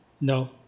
No